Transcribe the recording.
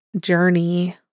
journey